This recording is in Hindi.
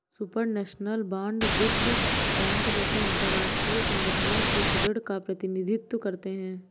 सुपरनैशनल बांड विश्व बैंक जैसे अंतरराष्ट्रीय संगठनों के ऋण का प्रतिनिधित्व करते हैं